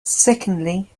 secondly